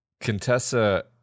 Contessa